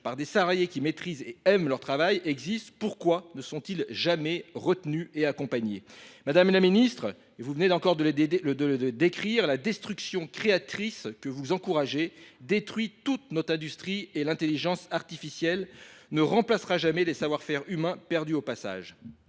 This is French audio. par des salariés qui maîtrisent et aiment leur travail existent, pourquoi ne sont-ils jamais retenus et accompagnés ? Madame la Ministre, vous venez encore de le décrire, la destruction créatrice que vous encouragez détruit toute notre industrie et l'intelligence artificielle ne remplacera jamais les savoir-faire humains perdus au passage.